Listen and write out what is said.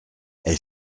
elle